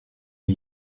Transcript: die